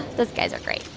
those guys are great.